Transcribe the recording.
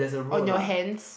on your hands